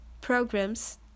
programs